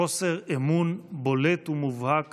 חוסר אמון בולט ומובהק